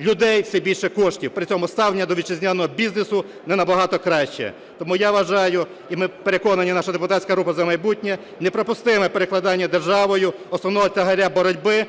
людей все більше коштів, при цьому ставлення до вітчизняного бізнесу не набагато краще. Тому я вважаю, і ми переконані, наша депутатська група "За майбутнє", неприпустимим перекладання державою основного тягаря боротьби